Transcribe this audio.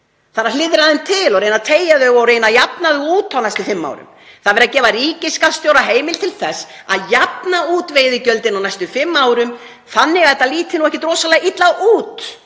Það er verið hliðra aðeins til og reyna að teygja þau og jafna út á næstu fimm árum. Það er verið að gefa ríkisskattstjóra heimild til þess að jafna út veiðigjöldin á næstu fimm árum þannig að þetta líti ekkert rosalega illa út